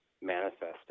manifested